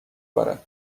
بارد